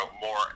more